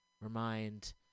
remind